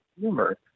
humor